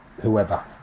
whoever